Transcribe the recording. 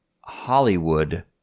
Hollywood